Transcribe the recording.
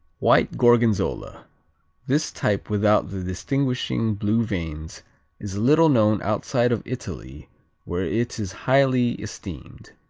white gorgonzola this type without the distinguishing blue veins is little known outside of italy where it is highly esteemed.